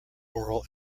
oral